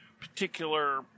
particular